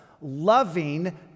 Loving